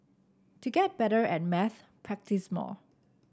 to get better at maths practise more